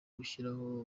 gushyiraho